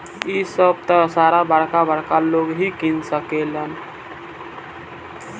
इ सभ त सारा बरका बरका लोग ही किन सकेलन